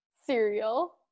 cereal